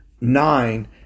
nine